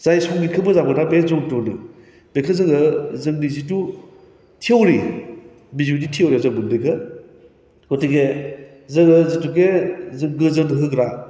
जाय संगितखौ मोजां मोना बे जध्दुनो बेखौ जोङो जोंनि जिथु थिउरि बिजाबनि थिउरियाव जों मोनदोङो गथिके जोङो जिथुके जों गोजोन होग्रा